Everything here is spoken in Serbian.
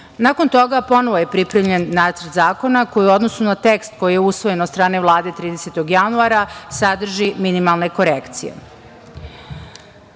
Nakon toga ponovo je pripremljen nacrt zakona, koji u odnosu na tekst koji je usvojen od strane Vlade 30. januara sadrži minimalne korekcije. Nacrt